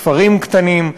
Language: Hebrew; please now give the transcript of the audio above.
כפרים קטנים,